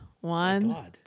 One